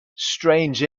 strange